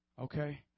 Okay